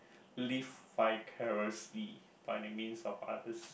live vicariously by the means of others